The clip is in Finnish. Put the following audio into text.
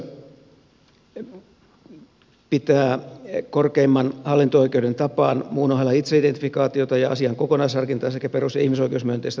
perustuslakivaliokunnan enemmistö pitää korkeimman hallinto oikeuden tapaan muun ohella itseidentifikaatiota ja asian kokonaisharkintaa sekä perus ja ihmisoikeusmyönteistä tulkintaa tärkeinä